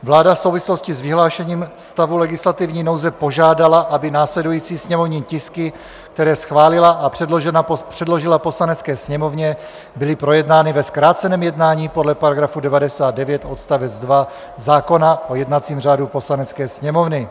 Vláda v souvislosti s vyhlášením stavu legislativní nouze požádala, aby následující sněmovní tisky, které schválila a předložila Poslanecké sněmovně, byly projednány ve zkráceném jednání podle § 99 odst. 2 zákona o jednacím řádu Poslanecké sněmovny.